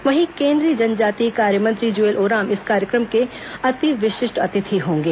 वहीं केंद्रीय जनजातीय कार्य मंत्री जुएल ओराम इस कायक्रम के अति विशिष्ट अतिथि होंगे